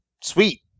sweet